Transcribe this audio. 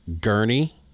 Gurney